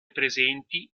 presenti